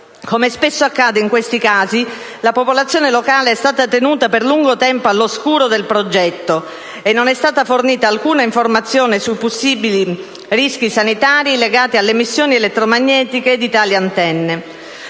Come spesso accade in questi casi, la popolazione locale è stata tenuta per lungo tempo all'oscuro del progetto e non è stata fornita alcuna informazione sui possibili rischi sanitari legati alle emissioni elettromagnetiche di tali antenne.